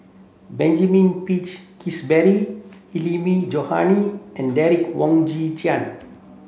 Benjamin Peach Keasberry Hilmi Johandi and Derek Wong Zi